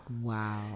wow